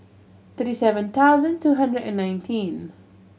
thirty seven thousand two hundred and nineteen